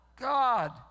God